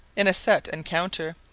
in a set encounter.